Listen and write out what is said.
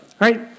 right